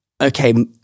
okay